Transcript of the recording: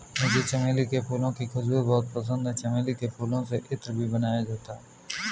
मुझे चमेली के फूलों की खुशबू बहुत पसंद है चमेली के फूलों से इत्र भी बनाया जाता है